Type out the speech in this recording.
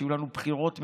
שיהיו לנו בחירות מכובדות,